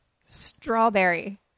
Strawberry